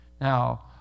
now